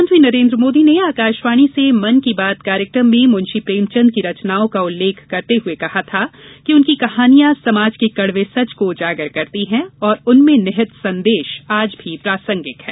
प्रधानमंत्री नरेन्द्र मोदी ने आकाशवाणी से मन की बात कार्यक्रम में मुंशी प्रेमचन्द की रचनाओं का उल्लेख करते हुए कहा था कि उनकी कहानियां समाज के कड़वे सच को उजागर करती हैं और उनमें निहित संदेश आज भी प्रासंगिक हैं